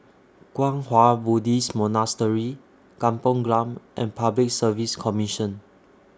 Kwang Hua Buddhist Monastery Kampong Glam and Public Service Commission